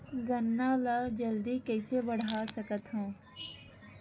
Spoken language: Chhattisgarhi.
गन्ना ल जल्दी कइसे बढ़ा सकत हव?